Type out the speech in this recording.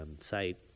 site